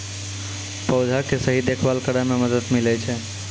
पौधा के सही देखभाल करै म मदद मिलै छै